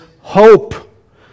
hope